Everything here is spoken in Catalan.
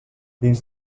dins